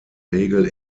regel